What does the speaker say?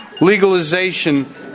legalization